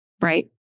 Right